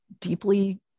deeply